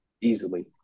easily